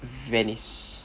venice